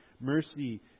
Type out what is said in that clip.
mercy